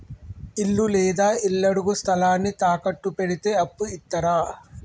ఇల్లు లేదా ఇళ్లడుగు స్థలాన్ని తాకట్టు పెడితే అప్పు ఇత్తరా?